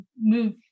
move